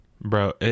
Bro